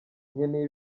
nkeneye